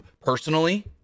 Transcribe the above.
personally